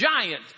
giant